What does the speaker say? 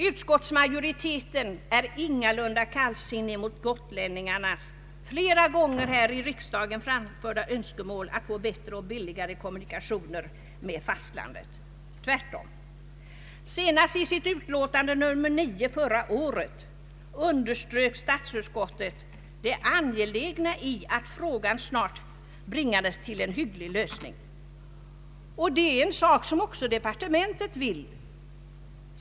Utskottsmajoriteten är ingalunda kallsinnig mot gotlänningarnas flera gånger här i riksdagen framförda önskemål om att få bättre och billigare kommunikationer med fastlandet. Tvärtom, senast i utlåtande nr 9 förra året underströk statsutskottet det angelägna i att frågan snart bringades till en hygglig lösning, och det är en sak som också departementet vill.